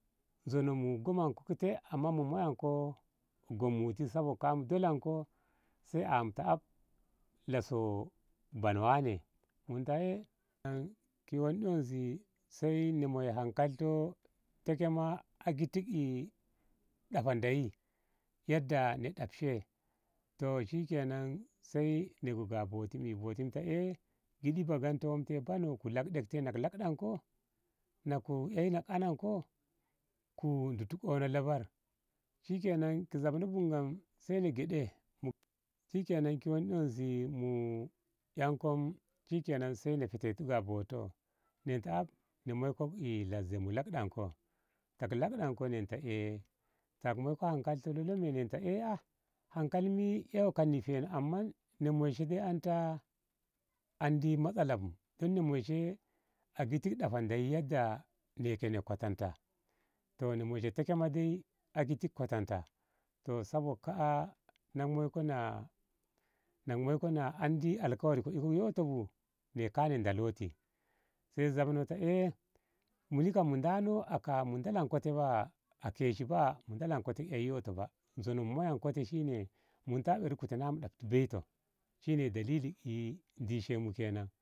Zono mu gomankok te amma mu moyanko gommuti sabok ka. a mu dolanko sai amu ta af laso ban wane muni ta a wonde woi sai na moi hankalintoh te ke ma a gitti ɗafa ndeyi yadda na ɗafshe toh shikenan sai ne de ga boti boti ta e woi te gyaɗi ba gyento ku lakɗe na ku lakɗanko ko ditu ono labar shikena ki zabno bunga sai na gyaɗe shikenan ki wonɗe wonse mu yanko sai na heteti ga boto nan af na moi las. e mu lakɗanko ta ngu lakɗanko nanta e ta ko moiko hankalinto lolo me. e nanta e hankali mi eiyo kanni heno amma na moishe dai anta an matsala bu don na moishe dai a gitti ɗafa ndeyi yadda ne. e ke ni kotanta toh sabok ka. a na andi alkawari ko iko ƙoto bu ne ka na daloti sai zabno ta e muni kama mun dalonko te a keshi baya mu dalonko te ei ƙoto bu zono mu moyanko te shine mun er kute na mu ɗafti boito shine dalilin e dishenmu kenan.